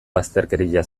bazterkeria